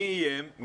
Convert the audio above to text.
מי איים?